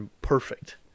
perfect